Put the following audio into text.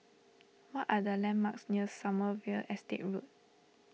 what are the landmarks near Sommerville Estate Road